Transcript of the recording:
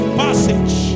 passage